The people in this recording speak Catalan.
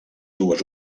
dues